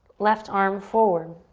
left arm forward.